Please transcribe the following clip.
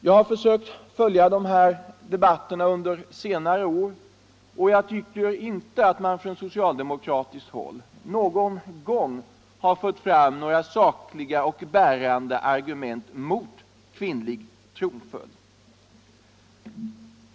Jag har försökt följa de här debatterna under senare år, och jag tycker inte att man från socialdemokratiskt håll någon gång har fört fram några sakliga och bärande argument mot kvinnlig tronföljd.